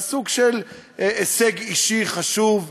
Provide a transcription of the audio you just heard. זה סוג של הישג אישי חשוב,